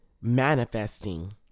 manifesting